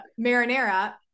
marinara